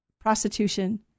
prostitution